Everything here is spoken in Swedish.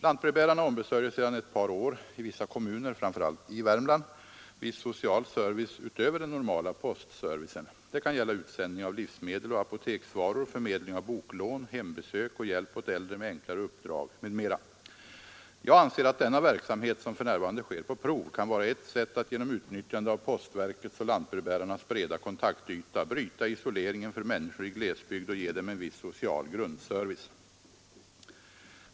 Lantbrevbärarna ombesörjer sedan ett par år i vissa kommuner, framför allt i Värmland, viss social service utöver den normala postservicen. Det kan gälla utsändning av livsmedel och apoteksvaror, förmedling av boklån, hembesök och hjälp åt äldre med enklare uppdrag m.m. Jag anser att denna verksamhet — som för närvarande sker på prov — kan vara ett sätt att genom utnyttjandet av postverkets och lantbrevbärarnas breda kontaktyta bryta isoleringen för människor i glesbygd och ge dem en viss social grundservice.